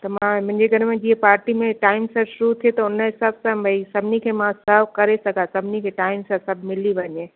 त मां मुंहिंजे घर में जीअं पार्टी में टाइम सां शुरु थिए त उन हिसाब सां भई सभिनी खे मां सर्व करे सघां सभिनी खे टाइम सां सभु मिली वञे